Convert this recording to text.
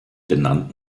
benannt